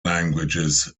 languages